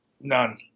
None